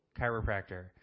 chiropractor